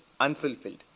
unfulfilled